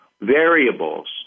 variables